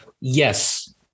Yes